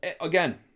again